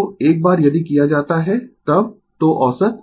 तो एक बार यदि किया जाता है तब तो औसत